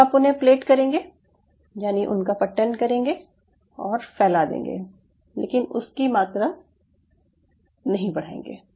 अब आप उन्हें प्लेट करेंगे यानि उनका पट्टन करेंगे और फैला देंगे लेकिन उसकी मात्रा नहीं बढ़ाएंगे